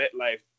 MetLife